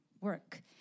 work